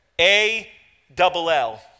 A-double-L